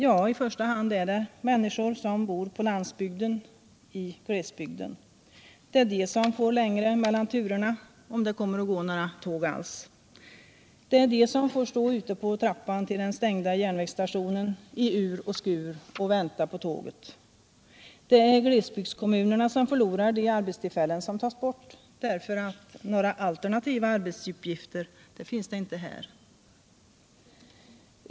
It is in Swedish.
Ja, i första hand är det människor som bor på landsbygden — i glesbygden. Det är de som får längre mellan turerna, om det kommer att gå några tåg alls. Det är de som får stå ute på trappan till den stängda järnvägsstationen i ur och skur och vänta på tåget. Det är glesbygdskommunerna som förlorar de arbetstillfällen som tas bort, därför att några alternativa arbetsuppgifter finns inte där.